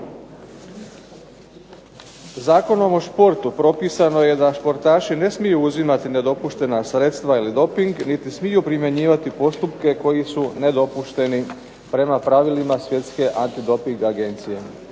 Zakonom o športu propisano je da športaši ne smiju uzimati nedopuštena sredstva ili doping niti smiju primjenjivati postupke koji su nedopušteni prema pravilima Svjetske antidoping agencije